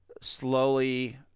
slowly